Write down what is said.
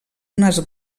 unes